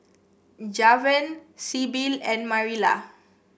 Javen Sybil and Marilla